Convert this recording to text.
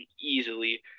easily